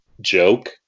joke